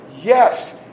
Yes